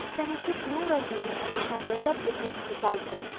then he took nur al din and went up with him to the sultan,